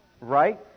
right